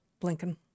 blinken